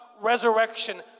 resurrection